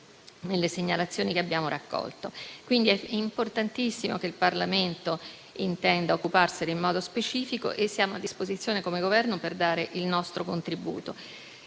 nelle segnalazioni che abbiamo raccolto. È pertanto importantissimo che il Parlamento intenda occuparsi del tema in modo specifico e siamo a disposizione come Governo per dare il nostro contributo.